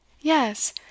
Yes